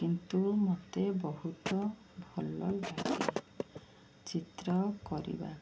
କିନ୍ତୁ ମୋତେ ବହୁତ ଭଲଲାଗେ ଚିତ୍ର କରିବା